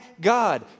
God